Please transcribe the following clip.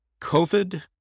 COVID